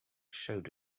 showed